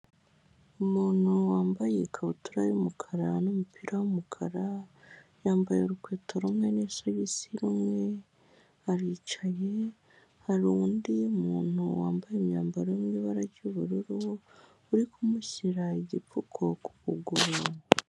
Umuntu wambaye ikabutura y'umukara n'umupira w'umukara, yambaye urukweto rumwe n'isogisi rimwe aricaye, hari undi muntu wambaye imyambaro iri mu ibara ry'ubururu uri kumushyira igipfuko ku kuguru.